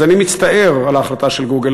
אז אני מצטער על ההחלטה של "גוגל",